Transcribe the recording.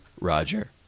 Roger